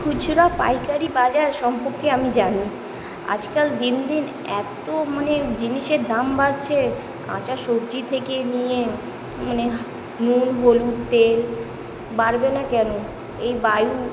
খুচরা ও পাইকারি বাজার সম্পর্কে আমি জানি আজকাল দিন দিন এত মানে জিনিসের দাম বাড়ছে কাঁচা সবজি থেকে নিয়ে মানে নুন হলুদ তেল বাড়বে না কেন এই বায়ু